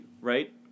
right